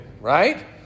right